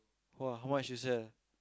!wah! how much you sell